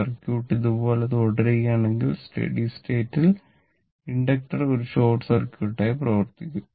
circuit ഇതുപോലെ തുടരുകയാണെങ്കിൽ steady സ്റ്റേറ്റിൽ ഇൻഡക്ടർ ഒരു ഷോർട്ട് സർക്യൂട്ടായി പ്രവർത്തിക്കും